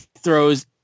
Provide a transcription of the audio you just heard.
throws